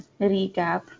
recap